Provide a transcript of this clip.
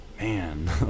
man